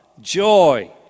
joy